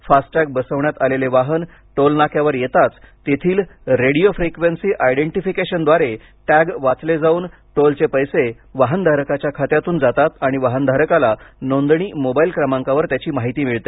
FASTag बसवण्यात आलेले वाहन टोलनाक्यावर येताच तेथील रेडिओ फ्रिक्चेन्सी आयडेंटीफिकेशनद्वारे टॅग वाचले जावून टोलचे पैसे वाहन धारकाच्या खात्यातून जातात आणि वाहनधारकाला नोंदणी मोबाइल क्रमांकावर त्याची माहिती मिळते